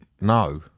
no